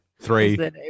three